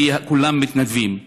כי כולם מתנדבים.